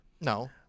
No